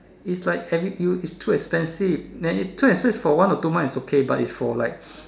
is like every you is too expensive then if too expensive for one or two months it's okay but is for like